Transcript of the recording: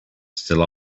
still